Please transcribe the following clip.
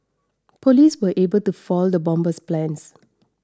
police were able to foil the bomber's plans